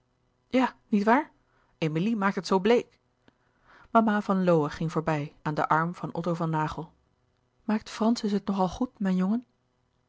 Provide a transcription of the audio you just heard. ja niet waar emilie maakt het zoo bleek mama van lowe ging voorbij aan den arm van otto van naghel maakt francis het nog al goed mijn jongen